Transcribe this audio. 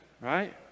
right